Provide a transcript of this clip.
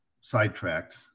sidetracked